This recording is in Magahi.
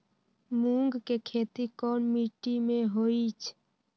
मूँग के खेती कौन मीटी मे होईछ?